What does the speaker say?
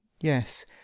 yes